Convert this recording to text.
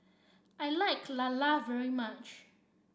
I like Lala very much